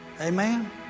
Amen